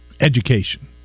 Education